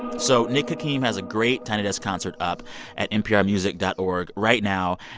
so nick hakim has a great tiny desk concert up at nprmusic dot org right now.